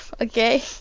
okay